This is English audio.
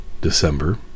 December